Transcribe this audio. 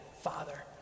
Father